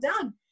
done